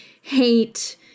hate